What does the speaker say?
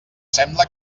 sembla